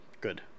Good